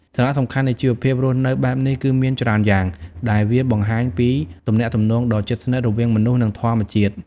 សារៈសំខាន់នៃជីវភាពរស់នៅបែបនេះគឺមានច្រើនយ៉ាង ដែលវាបង្ហាញពីទំនាក់ទំនងដ៏ជិតស្និទ្ធរវាងមនុស្ស និងធម្មជាតិ។